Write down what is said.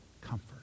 comfort